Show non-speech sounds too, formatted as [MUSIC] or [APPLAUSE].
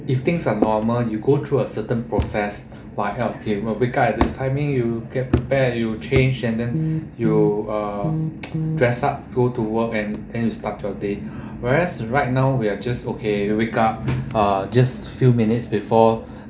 if things are normal you go through a certain process by wake up at this timing you get prepare you change and then you uh [NOISE] dress up go to work and and you start your day whereas right now we're just okay uh you wake up just a few minutes before